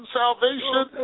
salvation